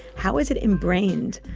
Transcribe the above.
how is it embrained,